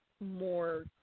More